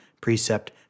precept